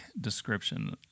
description